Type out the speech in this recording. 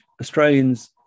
Australians